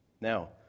Now